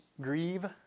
grieve